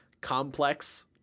complex